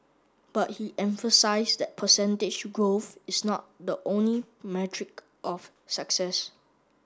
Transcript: but he emphasised that percentage growth is not the only metric of success